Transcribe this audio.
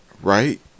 right